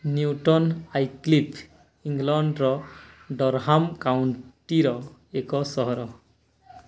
newton Aycliffe ଇଂଲଣ୍ଡର Durham କାଉଣ୍ଟିର ଏକ ସହର